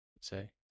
say